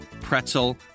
pretzel